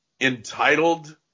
entitled